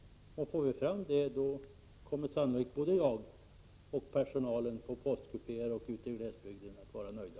Om vi får fram det kommer sannolikt både jag och personalen på poststationen ute i glesbygden att bli nöjda.